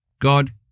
God